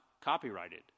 copyrighted